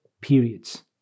periods